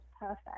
perfect